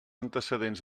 antecedents